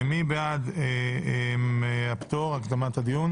הצבעה בעד הצעת יושב-ראש ועדת הכספים 4 הצעת יושב-ראש